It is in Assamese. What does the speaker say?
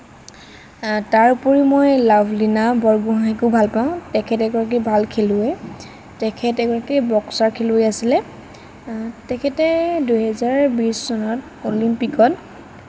তাৰোপৰি মই লাভলীনা বৰগোহাঁইকো ভাল পাওঁ তেখেত এগৰাকী ভাল খেলুৱৈ তেখেত এগৰাকী বক্সাৰ খেলুৱৈ আছিলে তেখেতে দুহেজাৰ বিশ চনত অলিম্পিকত